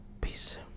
Peace